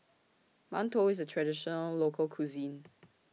mantou IS A Traditional Local Cuisine